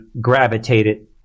gravitated